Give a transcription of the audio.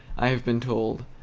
i have been told,